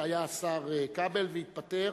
שהיה השר כבל והתפטר.